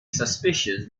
suspicious